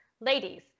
Ladies